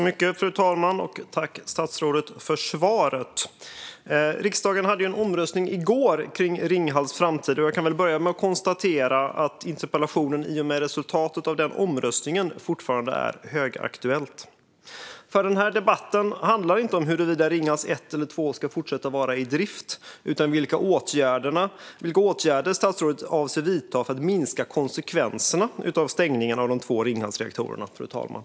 Fru talman! Jag tackar statsrådet för svaret. Riksdagen hade ju en omröstning i går om Ringhals framtid. Jag kan väl börja med att konstatera att interpellationen i och med resultatet av omröstningen fortfarande är högaktuell, för den här debatten handlar inte om huruvida Ringhals 1 och 2 ska fortsätta vara i drift utan om vilka åtgärder statsrådet avser att vidta för att minska konsekvenserna av stängningarna av de två Ringhalsreaktorerna, fru talman.